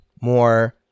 more